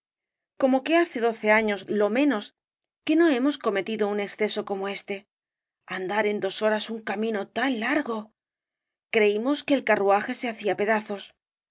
como que hace doce años lo menos que no hemos el caballero de las botas azules cometido un exceso como éste andar en dos horas un camino tan largo creímos que el carruaje se hacía pedazos